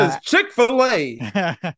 Chick-fil-A